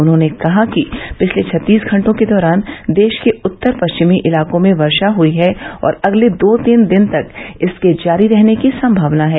उन्होंने कहा कि पिछले छत्तीस घंटों के दौरान देश के उत्तर पश्चिमी इलाकों में वर्षा हई है और अगले दो तीन दिन तक इसके जारी रहने की संभावना है